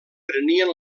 prenien